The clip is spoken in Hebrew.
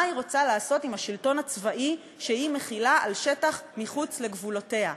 מה היא רוצה לעשות עם השלטון הצבאי שהיא מחילה על שטח שמחוץ לגבולותיה.